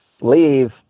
leave